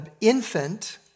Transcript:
infant